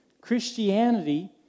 Christianity